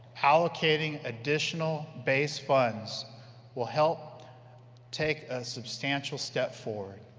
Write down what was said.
allocating additional base funds will help take ah substantial step forward.